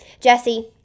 Jesse